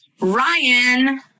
ryan